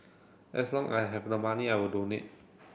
as long I have the money I will donate